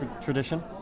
tradition